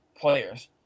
players